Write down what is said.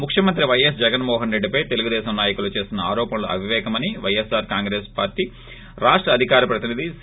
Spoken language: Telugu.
ముఖ్యమంత్రి వైఎస్ జగన్మోహన్రెడ్డిపై తెలుగుదేశం నాయకులు చేస్తున్న ఆరోపణలు అవిపేకమని వైఎస్పార్ ే కాంగ్రెస్ రాష్ట అధికార ప్రతినిధి సి